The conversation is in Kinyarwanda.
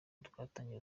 rwatangiye